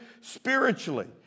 spiritually